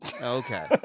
Okay